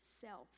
self